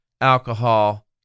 alcohol